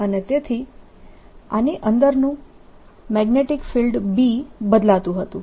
અને તેથી આની અંદરનું મેગ્નેટીક ફિલ્ડ B બદલાતું હતું